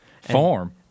Form